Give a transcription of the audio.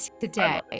today